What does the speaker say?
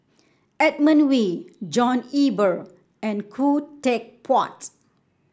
Edmund Wee John Eber and Khoo Teck Puat